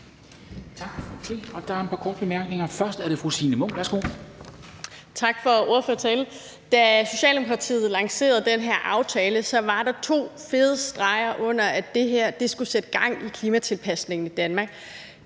Tak for ordførertalen. Da Socialdemokratiet lancerede den her aftale, var der to fede streger under, at det skulle sætte gang i klimatilpasningen i Danmark.